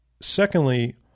Secondly